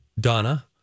Donna